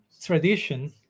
tradition